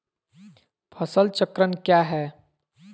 फसल चक्रण क्या है?